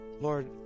Lord